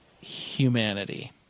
humanity